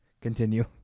continue